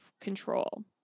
control